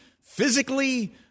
physically